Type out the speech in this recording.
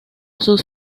sus